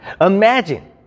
Imagine